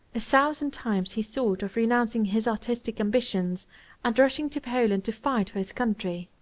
a thousand times he thought of renouncing his artistic ambitions and rushing to poland to fight for his country.